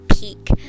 peak